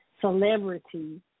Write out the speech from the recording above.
celebrity